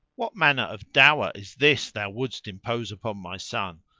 what manner of dower is this thou wouldst impose upon my son?